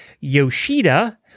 Yoshida